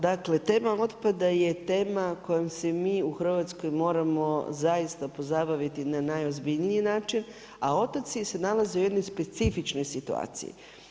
Dakle, tema otpada je tema kojom si mi u Hrvatskoj moramo zaista pozabaviti na najozbiljniji način a otoci se nalaze u jednoj specifičnoj situaciji.